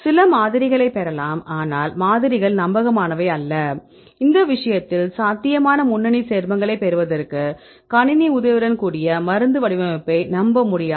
சில மாதிரிகளைப் பெறலாம் ஆனால் மாதிரிகள் நம்பகமானவை அல்ல இந்த விஷயத்தில் சாத்தியமான முன்னணி சேர்மங்களை பெறுவதற்கு கணினி உதவியுடன் கூடிய மருந்து வடிவமைப்பை நம்ப முடியாது